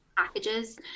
packages